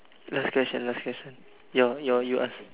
last question last question your your you ask